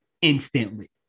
instantly